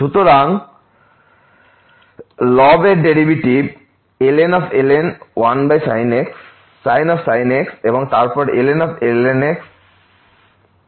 সুতরাং লব এর ডেরিভেটিভ ln 1sin x এবং তারপর ln x 1Xহবে